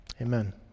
amen